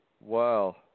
Wow